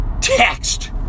text